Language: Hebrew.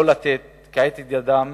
לא לתת כעת את ידם